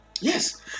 Yes